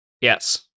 Yes